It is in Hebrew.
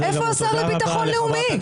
איפה השר לביטחון לאומי?